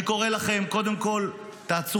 אני קורא לכם: קודם כול תעצרו.